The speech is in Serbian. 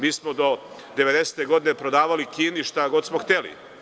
Mi smo do 1990. godine prodavali Kini šta god smo hteli.